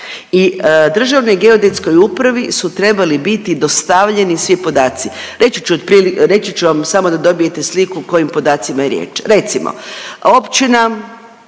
i Državnoj geodetskoj upravi su trebali biti dostavljeni svi podaci. Reći ću otprili…, reći ću vam samo da dobijete sliku o kojim podacima je riječ.